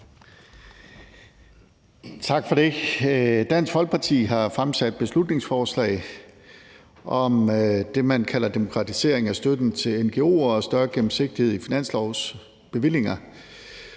Tak for det. Dansk Folkeparti har fremsat et beslutningsforslag om det, man kalder demokratisering af støtten til ngo'er og større gennemsigtighed i finanslovsbevillinger.